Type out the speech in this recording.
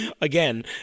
again